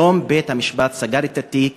היום בית-המשפט סגר את התיק,